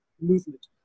movement